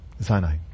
Sinai